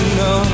no